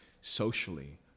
socially